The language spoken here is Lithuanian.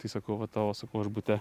tai sakau va tavo sakau aš bute